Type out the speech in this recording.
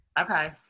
Okay